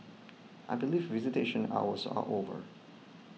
I believe visitation hours are over